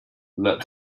let